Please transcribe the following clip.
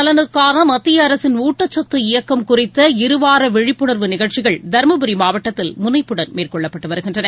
நலனுக்கான மத்திய அரசின் ஊட்டச்சத்து இயக்கம் குறித்த இருவார விழிப்புணர்வு மகளிர் நிகழ்ச்சிகள் தருமபுரி மாவட்டத்தில் முனைப்புடன் மேற்கொள்ளப்பட்டு வருகின்றன